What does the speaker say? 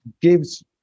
gives